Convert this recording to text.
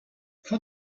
how